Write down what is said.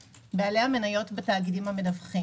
בושה וחרפה, אני לא מאמין שאתה בכלל מוכן לדון.